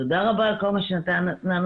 תודה רבה על כל מה שנתת לנו,